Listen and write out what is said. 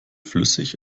flüssig